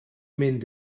mynd